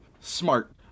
smart